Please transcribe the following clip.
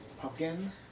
pumpkin